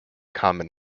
common